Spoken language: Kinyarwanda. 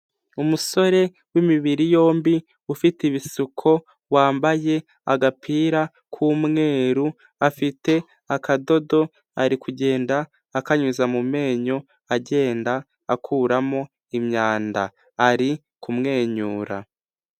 Umusore w'imibiri yombi ufite ibisuko wambaye agapira k'umweru afite akadodo, ari kugenda akanyuza mu menyo agenda akuramo imyanda, ari kumwenyura.